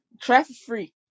Traffic-free